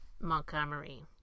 Montgomery